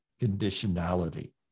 conditionality